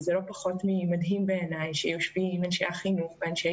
זה לא פחות ממדהים בעיניי שיושבים אנשי החינוך ואנשי